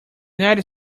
united